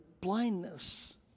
blindness